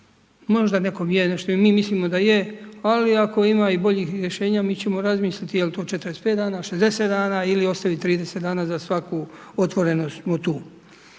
Možda nekom je nešto, mi mislimo da je, ali ako ima i boljih rješenja, mi ćemo razmisliti jel to 45 dana, 60 dana, ili ostaviti 30 dana, za svaku otvorenost smo tu.